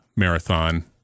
marathon